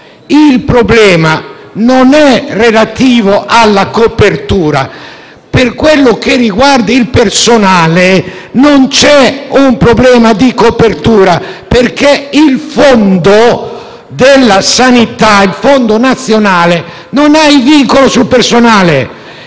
il problema non è relativo alla copertura: per quel che riguarda il personale, non c'è un problema di tale tenore, perché il fondo sanitario nazionale non ha il vincolo sul personale;